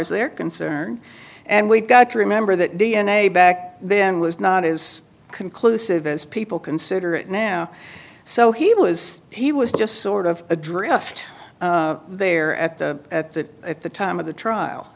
as they're concerned and we've got to remember that d n a back then was not is conclusive as people consider it now so he was he was just sort of adrift there at the at the at the time of the trial